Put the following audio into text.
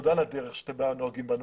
תודה על הדרך בה אתם נוהגים בנו,